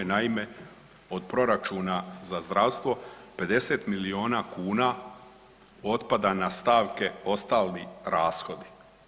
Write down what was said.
Naime, od proračuna za zdravstvo 50 milijuna kuna otada na stavke „ostali rashodi“